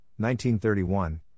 1931